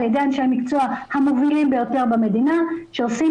על ידי אנשי המקצוע המובילים ביותר במדינה שעושים